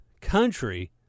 country